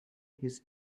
his